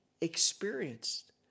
experienced